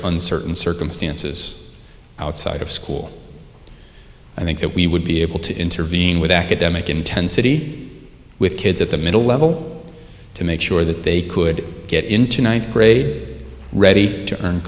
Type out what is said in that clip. very uncertain circumstances outside of school i think that we would be able to intervene with academic intensity with kids at the middle level to make sure that they could get into ninth grade ready to earn